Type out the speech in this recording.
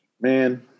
man